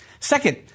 Second